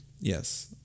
Yes